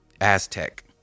Aztec